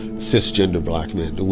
cis gender black men,